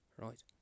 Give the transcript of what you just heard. Right